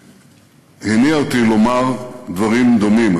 הניעה אותי לומר דברים דומים.